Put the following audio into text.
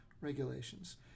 regulations